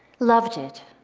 loved it.